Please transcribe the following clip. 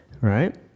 right